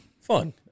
Fun